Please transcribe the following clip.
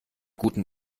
guten